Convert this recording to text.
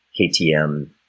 KTM